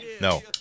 No